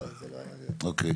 אוקיי.